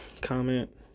Comment